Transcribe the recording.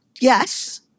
Yes